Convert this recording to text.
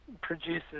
produces